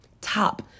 top